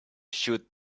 shoot